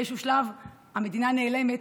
באיזשהו שלב המדינה נעלמת,